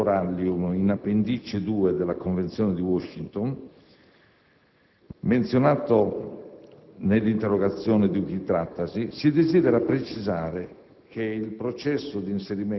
per l'inserimento del genere *Corallium* in Appendice II della Convenzione di Washington (CITES), menzionato nell'interrogazione di cui trattasi, si desidera precisare